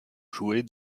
jouer